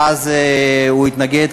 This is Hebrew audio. אז הוא התנגד,